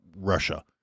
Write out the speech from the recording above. Russia